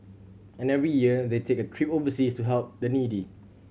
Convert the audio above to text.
and every year they take a trip overseas to help the needy